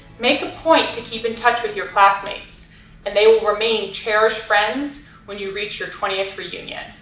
make a point to keep in touch with your classmates and they will remain cherished friends when you reach your twentieth reunion,